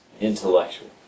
intellectual